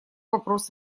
вопрос